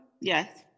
Yes